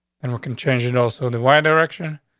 and we can change it also the y direction.